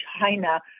China